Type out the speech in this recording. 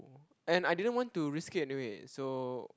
and I didn't want to risk it anyway so